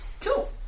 Cool